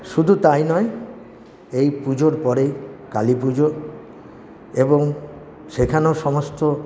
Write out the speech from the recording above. শুধু তাই নয় এই পুজোর পরেই কালীপুজো এবং সেখানেও সমস্ত